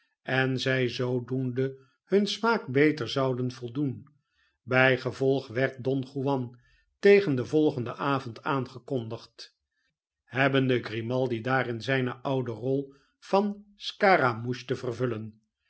en zij zoodoende hun smaak beter zouden voldoen bijgevolg werd don juan tegen den volgenden avond aangekondigd hebbende grimaldi daarin zijne oude rol van scaramouche te vervullen